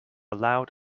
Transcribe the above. loud